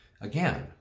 Again